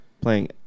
Playing